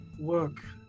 work